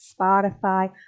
Spotify